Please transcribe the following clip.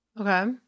Okay